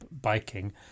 biking